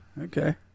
okay